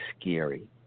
scary